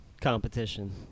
competition